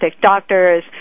doctors